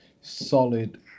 solid